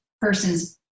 person's